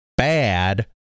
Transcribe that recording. Bad